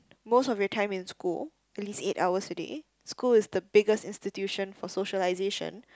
most of your time in school at least eight hours a day school is the biggest institution for socialisation